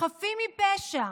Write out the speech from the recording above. חפים מפשע.